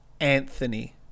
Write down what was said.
Anthony